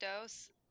dose